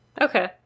Okay